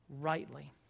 rightly